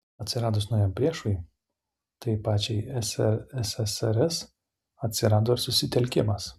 atsiradus naujam priešui tai pačiai ssrs atsirado ir susitelkimas